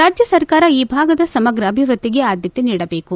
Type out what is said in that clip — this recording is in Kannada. ರಾಜ್ಯ ಸರ್ಕಾರ ಈ ಭಾಗದ ಸಮಗ್ರ ಅಭಿವ್ಯದ್ದಿಗೆ ಆದ್ದತೆ ನೀಡಬೇಕು